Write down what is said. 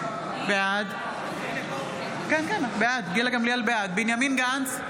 בעד בנימין גנץ,